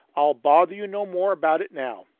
i'll bother you no more about it now.